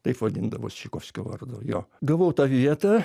taip vadindavos čaikovskio vardu jo gavau tą vietą